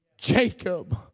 Jacob